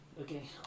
Okay